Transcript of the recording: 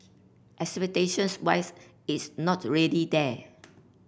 expectations wise is not really there